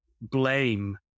blame